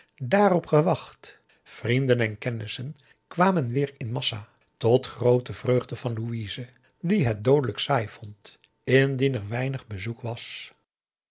dààrop gewacht vrienden en kennissen kwamen weer in massa tot groote vreugde van louise die het doodelijk saai vond indien er weinig bezoek was